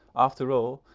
after all,